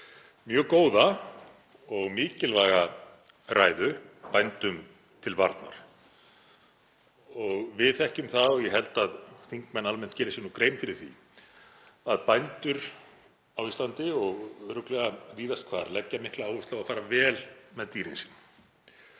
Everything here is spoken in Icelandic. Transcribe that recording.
mjög góða og mikilvæga ræðu, bændum til varnar. Við þekkjum það og ég held að þingmenn almennt geri sér grein fyrir því að bændur á Íslandi og örugglega víðast hvar leggja mikla áherslu á að fara vel með dýrin sín.